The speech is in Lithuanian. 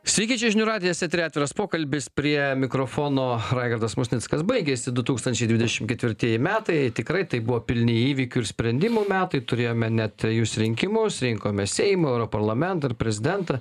sveiki čia žinių radijas etery atviras pokalbis prie mikrofono raigardas musnickas baigėsi du tūkstančiai dvidešim ketvirtieji metai tikrai tai buvo pilni įvykių ir sprendimų metai turėjome net trejus rinkimus rinkome seimą europarlamentą ir prezidentą